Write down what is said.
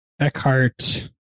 Eckhart